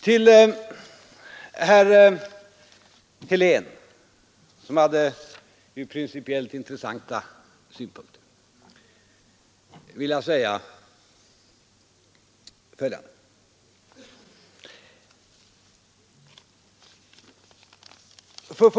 Till herr Helén, som hade principiellt intressanta synpunkter, vill jag säga följande.